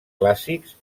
clàssics